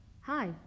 Hi